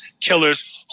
killers